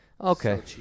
Okay